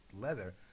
leather